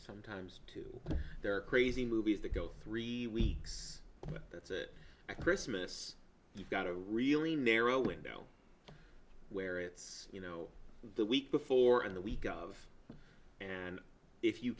sometimes two there are crazy movies that go three weeks that's it a christmas you've got a really narrow window where it's you know the week before and the week of and if you